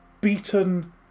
beaten